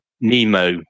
Nemo